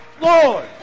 Lord